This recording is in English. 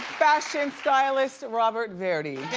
fashion stylist robert verdi.